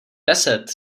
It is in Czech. deset